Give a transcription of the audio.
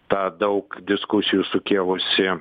tą daug diskusijų sukėlusį